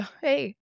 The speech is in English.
Hey